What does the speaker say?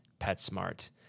PetSmart